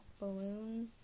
balloon